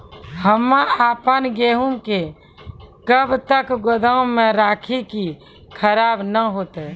हम्मे आपन गेहूँ के कब तक गोदाम मे राखी कि खराब न हते?